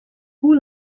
hoe